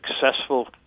successful